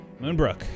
Moonbrook